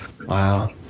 Wow